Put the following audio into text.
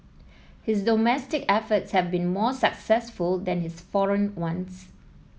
his domestic efforts have been more successful than his foreign ones